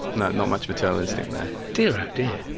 not not much maternal instinct there. dear oh dear.